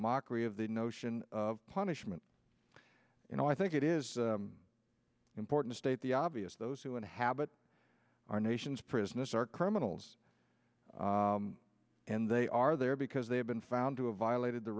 mockery of the notion of punishment you know i think it is important state the obvious those who inhabit our nation's prisoners are criminals and they are there because they have been found to have violated the